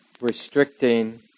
restricting